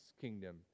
kingdom